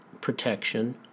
protection